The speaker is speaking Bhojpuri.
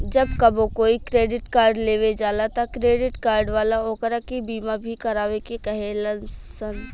जब कबो कोई क्रेडिट कार्ड लेवे जाला त क्रेडिट कार्ड वाला ओकरा के बीमा भी करावे के कहे लसन